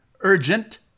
urgent